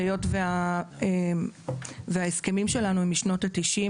היות וההסכמים שלנו הם משנות ה-90,